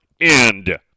end